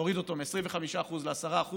להוריד אותו מ-25% ל-10%.